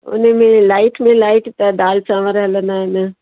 हुन में लाइट में लाइट त दालि चांवर हलंदा आहिनि